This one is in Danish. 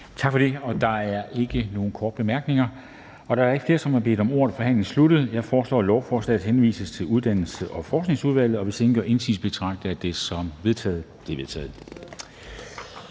Tak for det. Der er ikke nogen korte bemærkninger. Da der ikke er flere, der har bedt om ordet, er forhandlingen sluttet. Jeg foreslår, at lovforslaget henvises til Uddannelses- og Forskningsudvalget. Hvis ingen gør indsigelse, betragter jeg dette som vedtaget. Det er vedtaget.